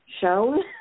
shown